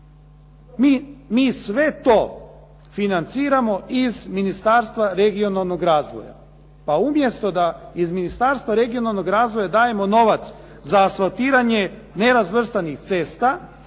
Mi sve to financiramo iz Ministarstva regionalnog razvoja. Pa umjesto da iz Ministarstva regionalnog razvoja dajemo novac za asfaltiranje nerazvrstanih cesta